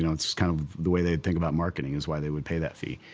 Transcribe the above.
you know it's it's kind of the way they think about marketing is why they would pay that fee,